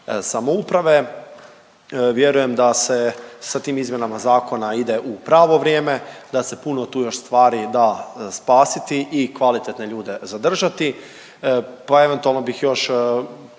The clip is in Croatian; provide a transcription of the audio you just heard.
samouprave. Vjerujem da se sa tim izmjenama zakona ide u pravo vrijeme, da se puno tu još stvari da spasiti i kvalitetne ljude zadržati.